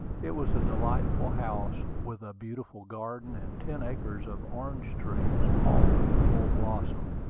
it was a delightful house, with a beautiful garden, and ten acres of orange-trees, all in full blossom,